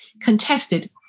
contested